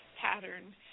pattern